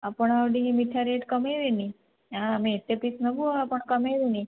ଆପଣ ଟିକିଏ ମିଠା ରେଟ୍ କମାଇବେନି ଆଉ ଆମେ ଏତେ ପିସ୍ ନେବୁ ଆଉ ଆପଣ କମାଇବେନି